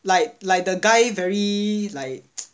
like like the guy very like